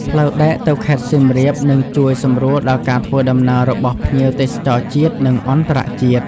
ផ្លូវដែកទៅខេត្តសៀមរាបនឹងជួយសម្រួលដល់ការធ្វើដំណើររបស់ភ្ញៀវទេសចរជាតិនិងអន្តរជាតិ។